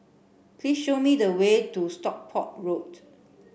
please show me the way to Stockport Road